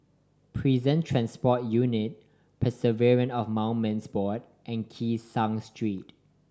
Prison Transport Unit Preservation of Monuments Board and Kee Seng Street